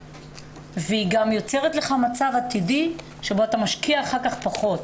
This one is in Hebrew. והיא גם יוצרת לך מצב עתידי שבו אתה שמשקיע אחר כך פחות.